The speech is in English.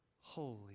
holy